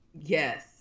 yes